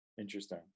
interesting